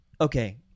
okay